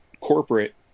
corporate